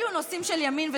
אלו נושאים של ימין ושמאל?